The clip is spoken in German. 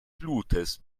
blutes